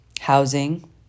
Housing